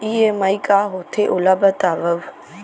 EMI का होथे, ओला बतावव